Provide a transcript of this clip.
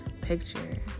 picture